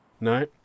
No